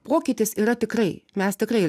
pokytis yra tikrai mes tikrai